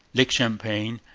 lake champlain,